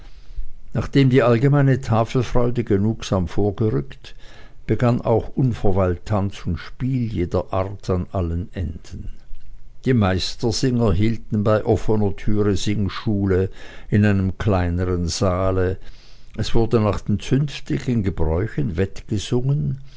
nachdem die allgemeine tafelfreude genugsam vorgerückt begann auch unverweilt tanz und spiel jeder art an allen enden die meistersänger hielten bei offener türe singschule in einem kleinern saale es wurde nach den zünftigen gebräuchen